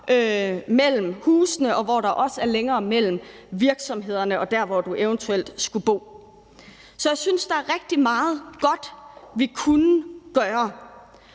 mellem husene, og hvor der også er længere mellem virksomhederne og der, hvor du eventuelt skulle bo. Så jeg synes, der er rigtig meget godt, vi kunne gøre,